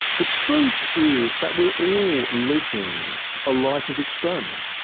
the truth is that we're all living a life of experiment.